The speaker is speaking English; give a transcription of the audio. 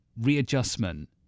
readjustment